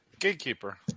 Gatekeeper